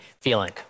feeling